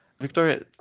Victoria